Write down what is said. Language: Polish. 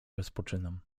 rozpoczynam